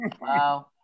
Wow